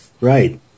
right